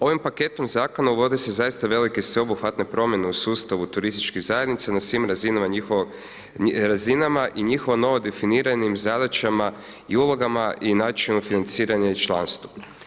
Ovim paketom zakona uvode se zaista velike sveobuhvatne promjene u sustavu turističkih zajednica na svim razinama njihovog razinama i njihova nova definiranim zadaćama i ulogama i načinu financiranja i članstvu.